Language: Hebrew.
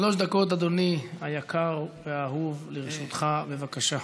שלוש דקות, אדוני היקר והאהוב, לרשותך, בבקשה.